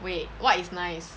wait what is nice